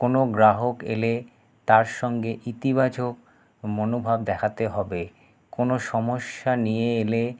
কোনো গ্রাহক এলে তার সঙ্গে ইতিবাচক মনোভাব দেখাতে হবে কোনো সমস্যা নিয়ে এলে